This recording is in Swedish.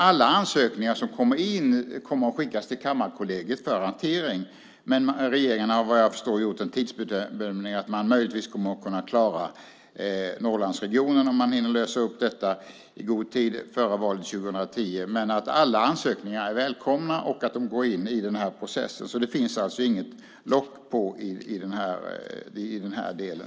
Alla ansökningar som kommer in kommer att skickas till Kammarkollegiet för hantering, och regeringen har, vad jag förstår, gjort en tidsbedömning att man möjligtvis kommer att klara Norrlandsregionen om man hinner lösa upp detta i god tid före valet 2010. Alla ansökningar är dock välkomna och går in i den här processen. Det finns alltså inget lock på i den delen.